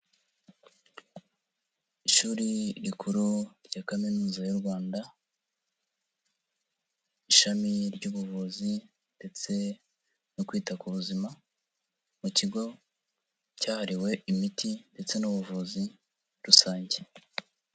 Ishuri rikuru rya Kaminuza y'u Rwanda, ishami ry'ubuvuzi ndetse no kwita ku buzima mu kigo cyahariwe imiti ndetse n'ubuvuzi rusange.